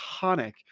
iconic –